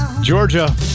georgia